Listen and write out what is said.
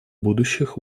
будущих